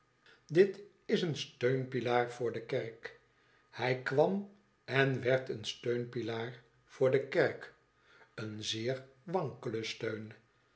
dit is een steunpilaar voorde kerk hij kwam en werd een steunpilaar voor de kerk een zeer wankele steun